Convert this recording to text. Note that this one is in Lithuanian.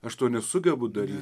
aš to nesugebu dary